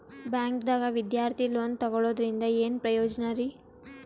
ಬ್ಯಾಂಕ್ದಾಗ ವಿದ್ಯಾರ್ಥಿ ಲೋನ್ ತೊಗೊಳದ್ರಿಂದ ಏನ್ ಪ್ರಯೋಜನ ರಿ?